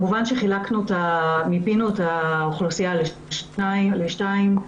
מיפינו את האוכלוסייה לשניים.